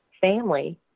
family